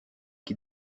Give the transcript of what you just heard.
qui